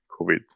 COVID